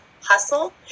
hustle